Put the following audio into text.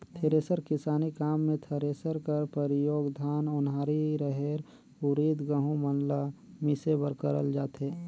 thresher किसानी काम मे थरेसर कर परियोग धान, ओन्हारी, रहेर, उरिद, गहूँ मन ल मिसे बर करल जाथे